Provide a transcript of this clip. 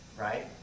right